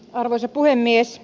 arvoisa puhemies